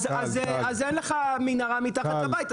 אז אין לך מנהרה מתחת לבית,